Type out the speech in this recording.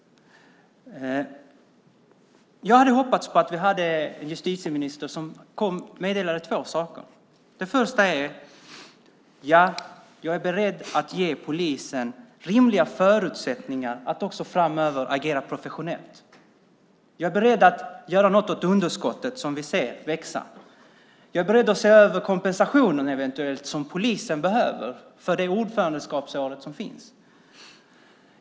Jag hade hoppats på att vi hade en justitieminister som meddelade två saker. Det första är: Ja, jag är beredd att ge polisen rimliga förutsättningar att också framöver agera professionellt. Jag är beredd att göra något åt underskottet som vi ser växa. Jag är beredd att se över kompensationen som polisen eventuellt behöver för ordförandeskapsåret.